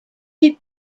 eat